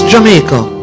Jamaica